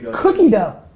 cookie dough?